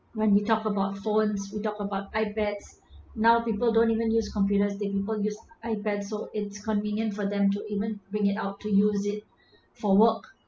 when we talk about phones we talk about ipads now people don't even use computers they prefer use ipads so it's convenient for them to even bring it out to use it for work